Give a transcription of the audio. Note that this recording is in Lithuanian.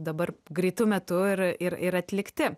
dabar greitu metu ir ir ir atlikti